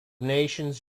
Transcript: nations